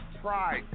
pride